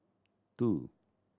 two